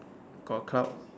got cloud not